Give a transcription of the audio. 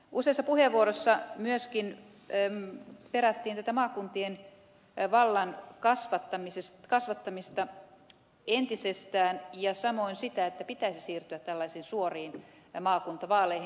useissa puheenvuoroissa myöskin perättiin tätä maakuntien vallan kasvattamista entisestään ja samoin sitä että pitäisi siirtyä tällaisiin suoriin maakuntavaaleihin